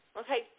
okay